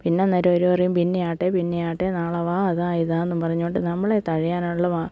പിന്നന്നേരം അവര് പറയും പിന്നെ ആവട്ടെ പിന്നെ ആവട്ടെ നാളെ വാ അതാ ഇതാന്ന് പറഞ്ഞുകൊണ്ട് നമ്മളെ തഴയാനുള്ള